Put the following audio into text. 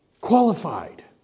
qualified